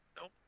Nope